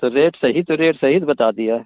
तो रेट सही तो रेट सहित बता दिया है